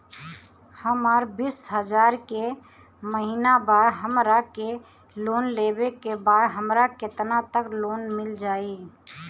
हमर बिस हजार के महिना बा हमरा के लोन लेबे के बा हमरा केतना तक लोन मिल जाई?